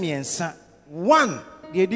One